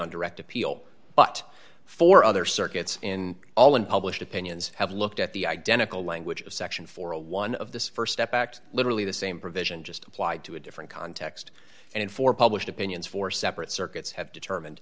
on direct appeal but four other circuits in all unpublished opinions have looked at the identical language of section four a one of the st step act literally the same provision just applied to a different context and in four published opinions four separate circuits have determined